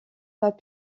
pas